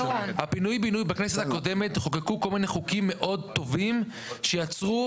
בכנסת הקודמת חוקקו חוקים טובים לגבי פינוי-בינוי שיצרו